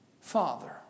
father